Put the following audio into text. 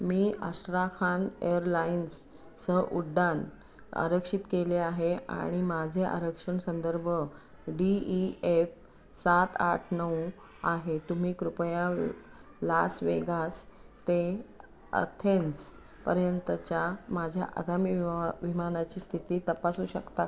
मी Astrakhan एअरलाइन्ससह उड्डाण आरक्षित केले आहे आणि माझे आरक्षण संदर्भ डी ई एफ सात आठ नऊ आहे तुम्ही कृपया लास वेगास ते अथेन्सपर्यंतच्या माझ्या आगामी विमा विमानाची स्थिती तपासू शकता